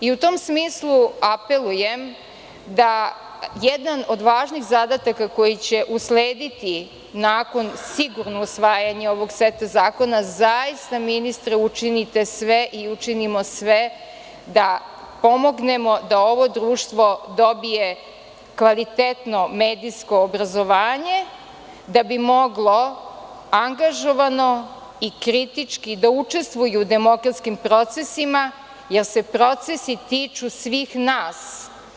U tom smislu apelujem da jedan od važnih zadataka koji će uslediti nakon sigurno usvajanja ovog seta zakona, zaista, ministre, učinite sve i učinimo sve da pomognemo da ovo društvo dobije kvalitetno medijsko obrazovanje da bi moglo angažovano i kritički da učestvuju u demokratskim procesima, jer se procesi tiču svih nas.